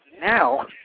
now